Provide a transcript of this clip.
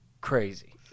Crazy